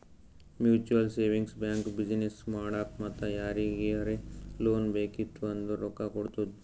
mutual savings bank business ಮಾಡಾಕ್ ಮತ್ತ ಯಾರಿಗರೇ ಲೋನ್ ಬೇಕಿತ್ತು ಅಂದುರ್ ರೊಕ್ಕಾ ಕೊಡ್ತುದ್